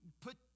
put